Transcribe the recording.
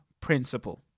principle